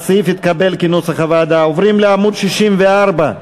ההסתייגויות של קבוצת סיעת העבודה לסעיף 12,